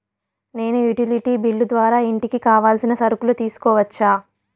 నేను utility bill ద్వారా ఇంటికి కావాల్సిన సరుకులు తీసుకోవచ్చా?